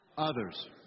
Others